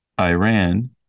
iran